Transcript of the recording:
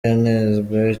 yanenzwe